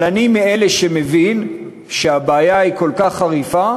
אבל אני מאלה שמבינים שהבעיה היא כל כך חריפה,